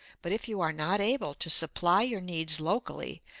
but if you are not able to supply your needs locally,